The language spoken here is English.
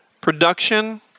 production